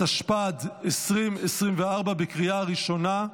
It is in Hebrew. התשפ"ד 2024 הצבעה.